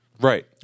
Right